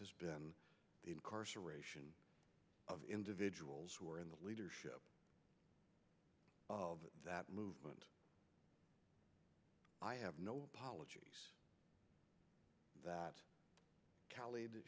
has been the incarceration of individuals who are in the leadership of that movement i have no apologies that